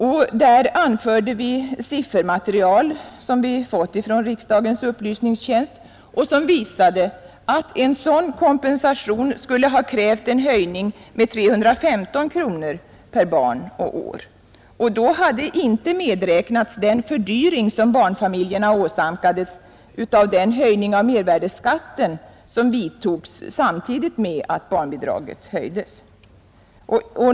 Vi anförde därvid siffermaterial som vi fått från riksdagens upplysningstjänst och som visade att en sådan kompensation skulle ha krävt en höjning med 315 kronor per barn och år. Då hade inte medräknats den fördyring som barnfamiljerna åsamkades av den höjning av mervärdeskatten som genomfördes samtidigt med att barnbidraget höjdes.